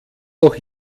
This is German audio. doch